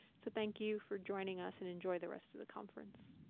so thank you for joining us and enjoy the rest of the conference.